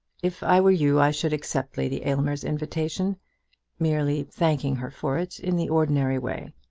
if i were you i should accept lady aylmer's invitation merely thanking her for it in the ordinary way.